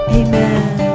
amen